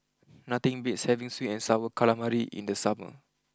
nothing beats having sweet and Sour Calamari in the summer